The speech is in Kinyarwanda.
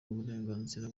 uburenganzira